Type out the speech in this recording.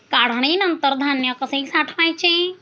काढणीनंतर धान्य कसे साठवायचे?